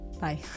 Bye